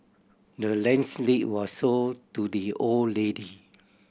the land's lead was sold to the old lady